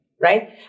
Right